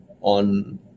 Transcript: on